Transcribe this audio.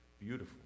Beautiful